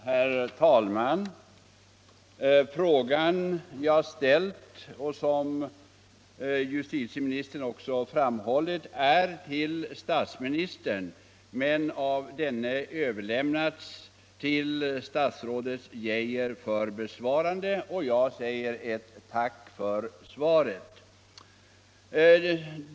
Herr talman! Den fråga jag ställt riktades, som justitieministern också framhållit, till statsministern men har av denne överlämnats till statsrådet Geijer för besvarande. Jag tackar för det lämnade svaret.